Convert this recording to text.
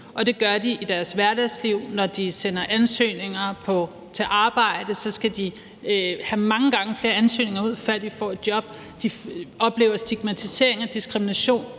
Det gør de i deres hverdagsliv. Når de sender ansøgninger om arbejde, skal de have mange gange flere ansøgninger ud, før de får et job. De oplever stigmatisering og diskrimination